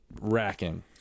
racking